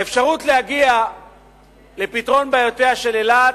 האפשרות להגיע לפתרון בעיותיה של אילת,